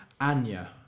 Anya